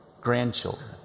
grandchildren